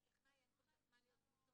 הטכנאי --- לא,